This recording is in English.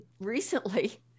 recently –